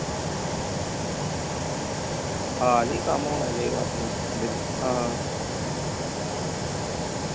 आं भई कम्म होना चाहिदा आं